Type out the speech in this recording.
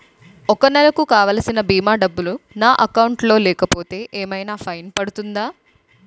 ఒక నెలకు కావాల్సిన భీమా డబ్బులు నా అకౌంట్ లో లేకపోతే ఏమైనా ఫైన్ పడుతుందా?